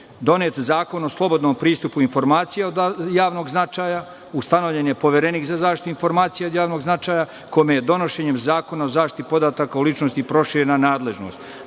donet Zakon o slobodnom pristupu informacijama od javnog značaja, ustanovljen je Poverenik za zaštitu informacija od javnog značaja, kome je, donošenjem Zakona o zaštiti podataka o ličnosti, proširena nadležnost,